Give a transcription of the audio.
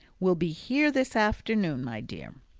will be here this afternoon, my dear.